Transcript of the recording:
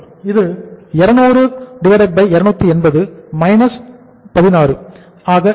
இது 200280 16 ஆக இருக்கும்